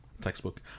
Textbook